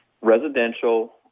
residential